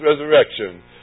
resurrection